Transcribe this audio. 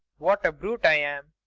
what a brute i am.